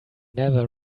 never